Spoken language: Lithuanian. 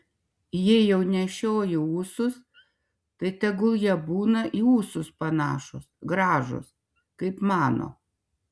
jei jau nešioji ūsus tai tegul jie būna į ūsus panašūs gražūs kaip mano